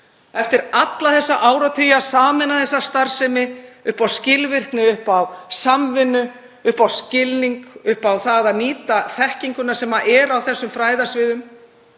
eftir alla þessa áratugi, að sameina þessa starfsemi upp á skilvirkni, upp á samvinnu, upp á skilning, upp á það að nýta þekkinguna sem er á þessum fræðasviðum